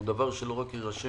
הוא דבר שלא רק יירשם